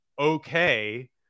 okay